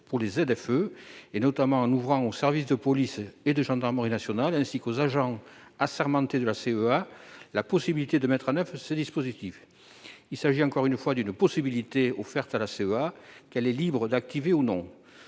pour les ZFE, notamment en ouvrant aux services de police et de gendarmerie nationales ainsi qu'aux agents assermentés de la CEA la possibilité de mettre en oeuvre ces dispositifs. Il s'agit encore une fois d'une possibilité offerte à la CEA, qu'elle est libre d'activer ou non.